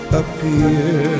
appear